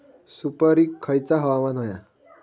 सुपरिक खयचा हवामान होया?